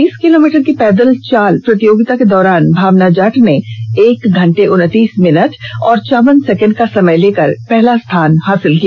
बीस किलोमीटर की पैदल चाल प्रतियोगिता के दौरान भावना जाट ने एक घंटे उनतीस भिनट और चौवन सेकेंड का समय लेकर पहला स्थान प्राप्त किया